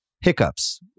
hiccups